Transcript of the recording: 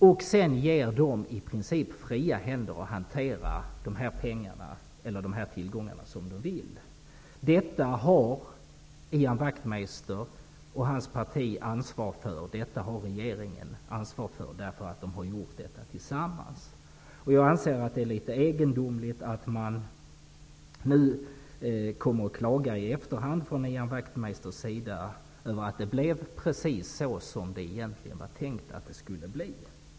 Sedan ger man dessa i princip fria händer att hantera de här tillgångarna som de vill. Detta har Ian Wachtmeister och hans parti men också regeringen ett ansvar för, eftersom man har gjort detta tillsammans. Jag anser att det är litet egendomligt att det nu i efterhand från Ian Wachtmeisters sida klagas över att det blev precis så som det egentligen var tänkt att det skulle bli.